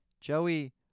Joey